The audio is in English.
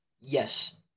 Yes